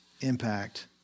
impact